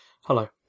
Hello